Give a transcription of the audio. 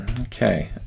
Okay